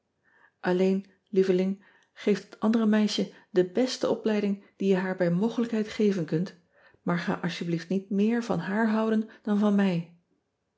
lleen lieveling geef dat andere meisje de beste opleiding die je haar bij mogelijkheid geven kunt maar ga alsjeblieft niet meer van haar houden dan van mij